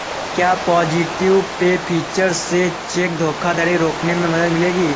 क्या positive pay feature से check धोखाधड़ी रोकने में मदद मिलेगी?